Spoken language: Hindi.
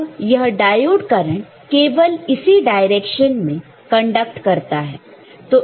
अब यह डायोड करंट केवल इसी डायरेक्शन में कंडक्ट करता है